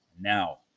now